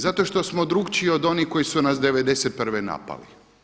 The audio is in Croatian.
Zato što smo drukčiji od onih koji su nas 1991. napali.